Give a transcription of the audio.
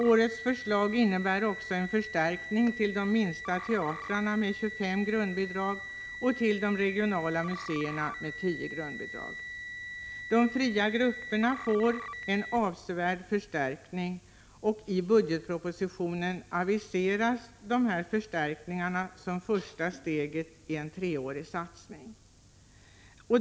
Årets förslag innebär också en förstärkning till de minsta teatrarna med 25 grundbidrag och till de regionala museerna med 10 grundbidrag. De fria grupperna får en avsevärd förstärkning. I budgetpropositionen aviseras dessa förstärkningar som första steget i en treårig satsning.